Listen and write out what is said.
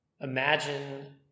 imagine